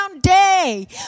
day